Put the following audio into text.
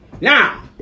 Now